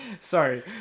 Sorry